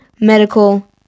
medical